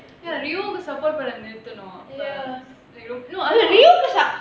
ya rio support பண்றத நிறுத்தணும்:pandratha niruthanum no